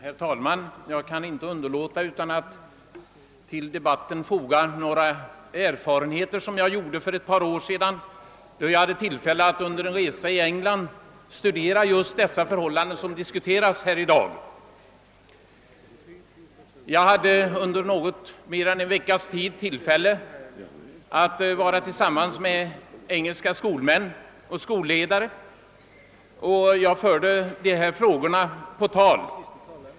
Herr talman! Jag kan inte underlåta att till debatten foga en redogörelse för några erfarenheter som jag gjorde för ett par år sedan, då jag hade tillfälle att under en resa i England studera just de förhållanden som i dag diskuteras. Jag hade under något mer än en veckas tid tillfälle att umgås med engelska skolmän och skolledare, och jag förde då dessa frågor på tal.